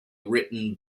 written